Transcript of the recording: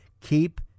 Keep